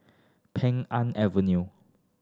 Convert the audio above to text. Pheng Avenue